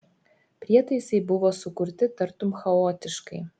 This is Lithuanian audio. prietaisai buvo sukurti tartum chaotiškai